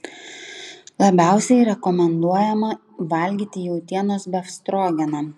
labiausiai rekomenduojama valgyti jautienos befstrogeną